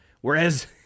Whereas